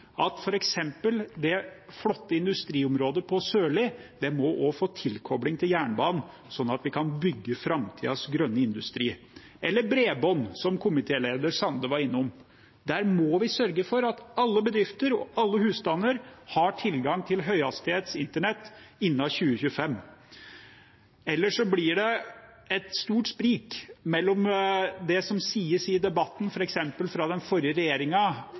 at f.eks. det flotte industriområdet på Sørli også må få tilkobling til jernbanen, sånn at vi kan bygge framtidens grønne industri. Eller bredbånd, som komitéleder Sande var innom: Der må vi sørge for at alle bedrifter og alle husstander har tilgang til høyhastighetsinternett innen 2025. Ellers blir det et stort sprik mellom det som sies i debatten, f.eks. fra den forrige